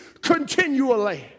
continually